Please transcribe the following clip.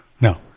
No